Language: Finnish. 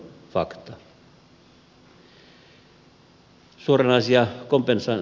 se on fakta